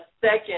second